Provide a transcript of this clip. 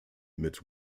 mit